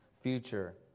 future